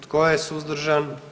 Tko je suzdržan?